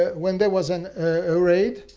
ah when there was an air raid,